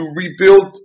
rebuild